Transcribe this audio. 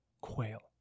quail